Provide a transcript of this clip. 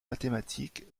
mathématiques